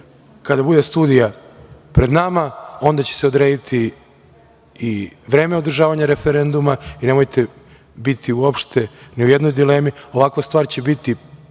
kada bude studija pred nama, onda će se odrediti i vreme održavanja referenduma, i nemojte biti uopšte ni u jednoj dilemi, ovakva stvar će biti